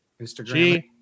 Instagram